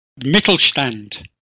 Mittelstand